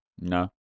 No